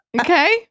Okay